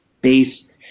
base